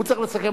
הוא צריך לסכם.